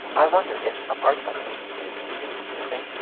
i wonder if a part of me is missing?